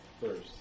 first